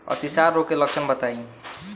अतिसार रोग के लक्षण बताई?